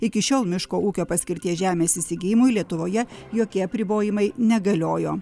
iki šiol miško ūkio paskirties žemės įsigijimui lietuvoje jokie apribojimai negaliojo